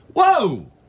whoa